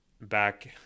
back